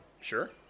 Sure